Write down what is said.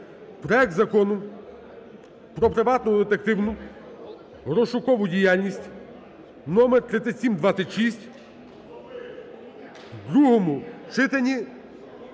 Проект Закону про приватну детективну (розшукову) діяльність (№3726) в другому читанні